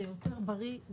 זה יותר בריא,